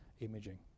imaging